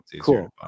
cool